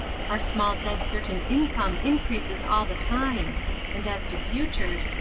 our small dead-certain income increases all the time and as to futures,